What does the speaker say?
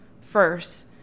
first